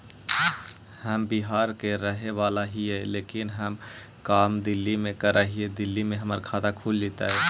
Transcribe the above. हम बिहार के रहेवाला हिय लेकिन हम काम दिल्ली में कर हिय, दिल्ली में हमर खाता खुल जैतै?